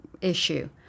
issue